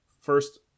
first